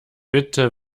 bitte